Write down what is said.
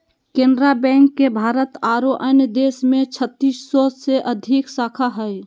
Canara bank के भारत आरो अन्य देश में छत्तीस सौ से अधिक शाखा हइ